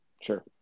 Sure